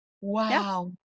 Wow